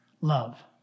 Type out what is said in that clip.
love